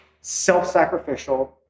self-sacrificial